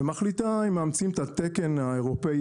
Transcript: ומחליטה אם מאמצים את התקן האירופאי